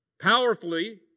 Powerfully